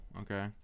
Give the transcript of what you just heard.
Okay